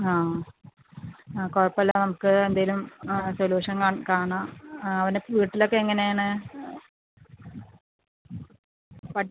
ആ ആ കുഴപ്പവില്ല നമുക്ക് എന്തേലും സൊലൂഷൻ ക കാണാം അവനെ വീട്ടിലൊക്കെ എങ്ങനെയാണ് പഠിക്കാൻ